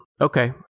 Okay